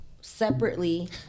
separately